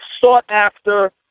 sought-after